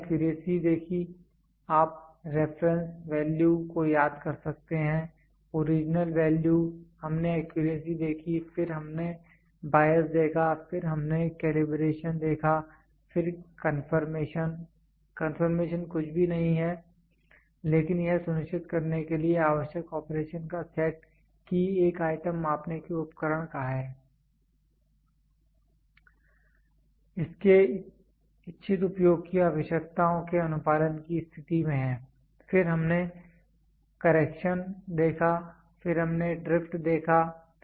हमने एक्यूरेसी देखी आप रेफरेंस वैल्यू को याद कर सकते हैं ओरिजिनल वैल्यू हमने एक्यूरेसी देखी फिर हमने बायस देखा फिर हमने कैलिब्रेशन देखा फिर कंफर्मेशन कंफर्मेशन कुछ भी नहीं है लेकिन यह सुनिश्चित करने के लिए आवश्यक ऑपरेशन का सेट कि एक आइटम मापने के उपकरण का है इसके इच्छित उपयोग की आवश्यकताओं के अनुपालन की स्थिति में है फिर हमने करेक्शन देखा फिर हमने ड्रिफ्ट देखा